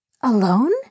Alone